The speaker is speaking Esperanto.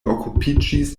okupiĝis